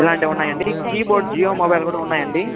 ఇలాంటివున్నాయండి keyboard Jio mobile కూడా ఉన్నాయండి